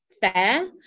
fair